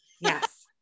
Yes